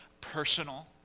personal